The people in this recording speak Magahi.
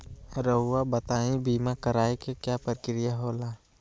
रहुआ बताइं बीमा कराए के क्या प्रक्रिया होला?